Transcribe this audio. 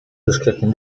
dyskretny